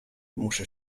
muszę